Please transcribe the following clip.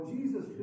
Jesus